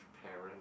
parents